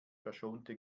verschonte